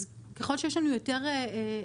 אז ככל שיש לנו יותר מיחזורים,